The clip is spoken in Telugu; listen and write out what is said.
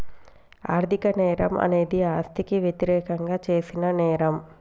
ఆర్థిక నేరం అనేది ఆస్తికి వ్యతిరేకంగా చేసిన నేరం